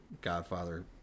Godfather